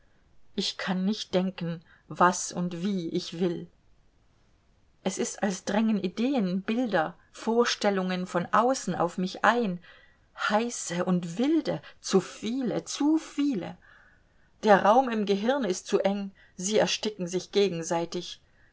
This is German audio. ich kann nicht denken was und wie ich will es ist als drängen ideen bilder vorstellungen von außen auf mich ein heiße und wilde zu viele zu viele der raum in gehirn ist zu eng sie ersticken sich gegenseitig